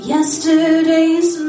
Yesterday's